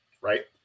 right